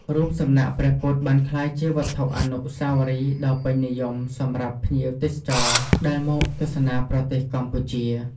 រូបសំណាកព្រះពុទ្ធបានក្លាយជាវត្ថុអនុស្សាវរីយ៍ដ៏ពេញនិយមសម្រាប់ភ្ញៀវទេសចរណ៍ដែលមកទស្សនាប្រទេសកម្ពុជា។